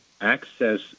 access